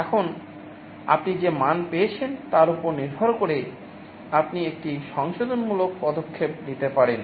এখন আপনি যে মান পেয়েছেন তার উপর নির্ভর করে আপনি একটি সংশোধনমূলক পদক্ষেপ নিতে পারেন